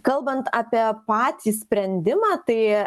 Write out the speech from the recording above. kalbant apie patį sprendimą tai